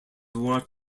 work